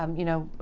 um you know,